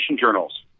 journals